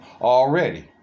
already